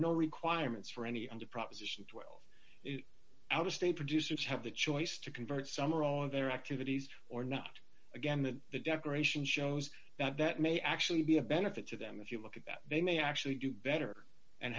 no requirements for any under proposition twelve out of state producers have the choice to convert some or all of their activities or not again that the declaration shows that that may actually be a benefit to them if you look at that they may actually do better